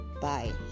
bye